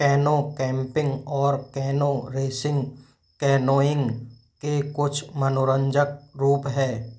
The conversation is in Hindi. कैनो कैंपिं और कैनो रेसिं कैनोइं के कुछ मनोरंजक रूप हैं